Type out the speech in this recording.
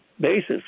basis